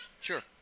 Sure